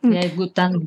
jeigu ten